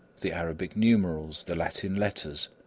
the arabic numerals, the latin letters,